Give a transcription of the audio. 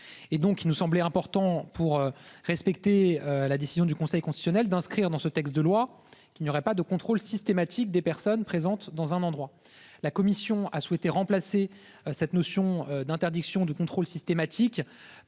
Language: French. il nous semblait important pour respecter la décision du Conseil constitutionnel d'inscrire dans ce texte de loi qui n'y aurait pas de contrôles systématiques des personnes présentes dans un endroit. La commission a souhaité remplacer cette notion d'interdiction de contrôle systématique